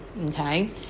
okay